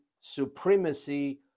supremacy